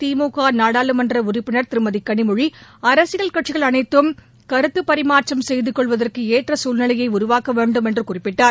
திமுக நாடாளுமன்ற உறுப்பினர் திருமதி கனிமொழி அரசியல் கட்சிகள் அனைத்தும் கருத்து பறிமாற்றம் செய்து கொள்வதற்கு ஏற்ற சூழ்நிலையை உருவாக்க வேண்டும் என்று குறிப்பிட்டார்